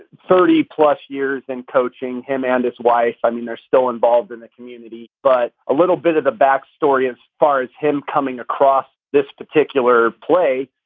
thirty plus years and coaching him and his wife. i mean, they're still involved in the community. but a little bit of the backstory as far as him coming across this particular play.